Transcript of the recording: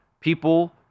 people